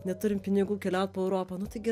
neturim pinigų keliaut po europą nu taigi